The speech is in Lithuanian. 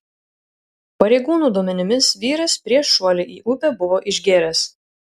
pareigūnų duomenimis vyras prieš šuolį į upę buvo išgėręs